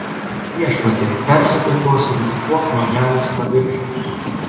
viešpatie persekiok juos ir nušluok nuo žemės paviršiaus